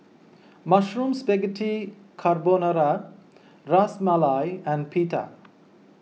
Mushroom Spaghetti Carbonara Ras Malai and Pita